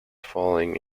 falling